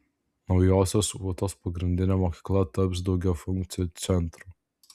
naujosios ūtos pagrindinė mokykla taps daugiafunkciu centru